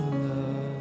love